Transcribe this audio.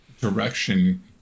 direction